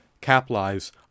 capitalize